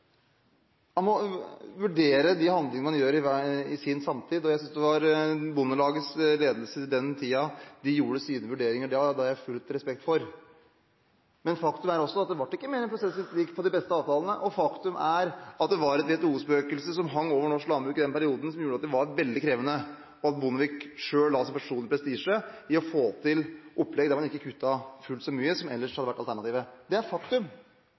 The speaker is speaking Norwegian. Faktum er også at det ikke ble prosentvis likt for de beste avtalene, og faktum er at det var et WTO-spøkelse som hang over norsk landbruk i den perioden som gjorde at det var veldig krevende. Bondevik selv la sin personlige prestisje i å få til et opplegg der han ikke kuttet fullt så mye som ellers hadde vært alternativet. Det er et faktum.